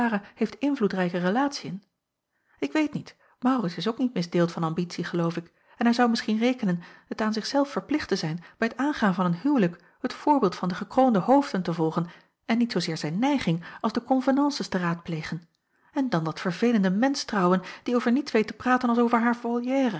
heeft invloedrijke relatiën ik weet niet maurits is ook niet misdeeld van ambitie geloof ik en hij zou misschien rekenen t aan zich zelf verplicht te zijn bij het aangaan van een huwelijk het voorbeeld van de gekroonde hoofden te volgen en niet zoozeer zijn neiging als de convenances te raadplegen en dan dat verveelende mensch trouwen die over niets weet te praten als over haar